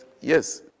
yes